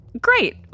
Great